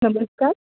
नमस्कार